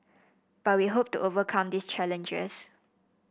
but we hope to overcome these challenges